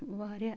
واریاہ